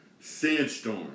sandstorm